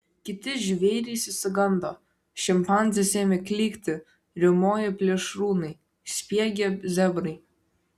kiti žvėrys išsigando šimpanzės ėmė klykti riaumojo plėšrūnai spiegė zebrai